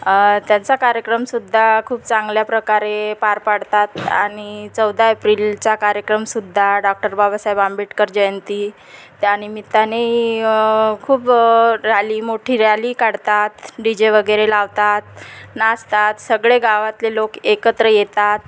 त्यांचा कार्यक्रमसुद्धा खूप चांगल्या प्रकारे पार पाडतात आणि चौदा एप्रिलचा कार्यक्रमसुद्धा डॉक्टर बाबासाहेब आंबेडकर जयंती त्यानिमित्त्याने खूप रॅली मोठी रॅली काढतात डी जे वगैरे लावतात नाचतात सगळे गावातले लोक एकत्र येतात